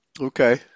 Okay